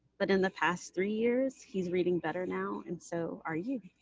but in the past three years, he's reading better now, and so are you.